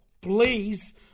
Please